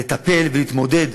לטפל ולהתמודד.